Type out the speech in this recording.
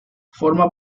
forma